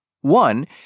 One